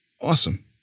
Awesome